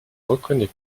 reconnais